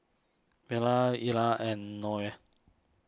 Vella Ila and Noel